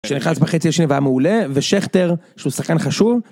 שנכנס בחצי השני והיה מעולה, ושכטר שהוא שחקן חשוב.